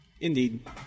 Indeed